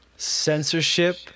Censorship